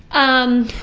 um.